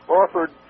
offered